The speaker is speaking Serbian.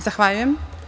Zahvaljujem.